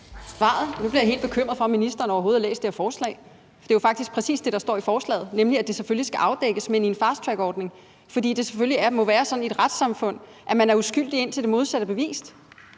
Nu bliver jeg helt bekymret for, om ministeren overhovedet har læst det her forslag. For det er jo faktisk præcis det, der står i forslaget, nemlig at det selvfølgelig skal afdækkes, men gøres i en fasttrackordning, fordi det selvfølgelig må være sådan i et retssamfund, at man er uskyldig, indtil det modsatte er bevist,